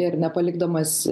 ir nepalikdamas